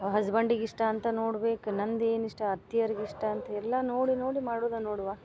ಹಸ್ಬೆಂಡಿಗೆ ಇಷ್ಟ ಅಂತ ನೋಡ್ಬೇಕು ನಂದೇನಿಷ್ಟ ಅತ್ತಿಯರಿಗೆ ಇಷ್ಟ ಅಂತ ಎಲ್ಲಾ ನೋಡಿ ನೋಡಿ ಮಾಡುದ ನೋಡವ್ವ